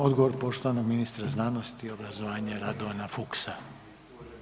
Odgovor poštovanog ministra znanosti i obrazovanja Radovana Fuchsa.